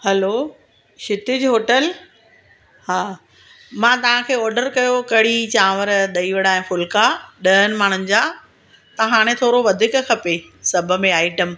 हलो Kshitij hotel हा मां तव्हांखे ऑडर कयो हुयो कढ़ी चांवर ॾही वड़ा ऐं फुलका ॾहनि माण्हुनि जा त हाणे थोरो वधीक खपे सभ में आइटम